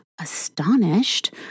astonished